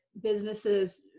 businesses